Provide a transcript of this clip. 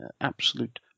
absolute